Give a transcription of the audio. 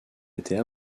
été